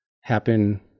happen